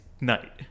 night